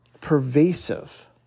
pervasive